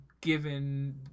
given